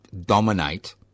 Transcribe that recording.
dominate